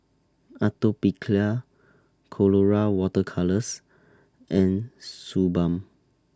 Atopiclair Colora Water Colours and Suu Balm